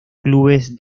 clubes